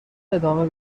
ادامه